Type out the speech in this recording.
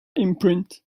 imprint